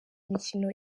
imikino